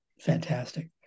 fantastic